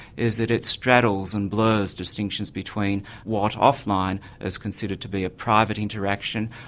is that it straddles and blurs distinctions between what offline is considered to be a private interaction,